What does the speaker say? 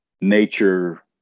nature